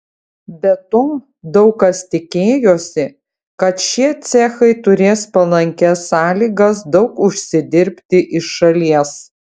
be to daug kas tikėjosi kad šie cechai turės palankias sąlygas daug užsidirbti iš šalies